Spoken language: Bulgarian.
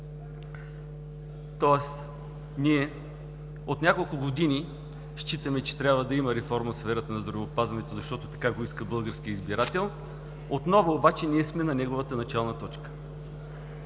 Тоест ние от няколко години считаме, че трябва да има реформа в сферата на здравеопазването, защото така иска българският избирател, отново обаче ние сме на неговата начална точка.